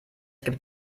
gibt